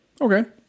Okay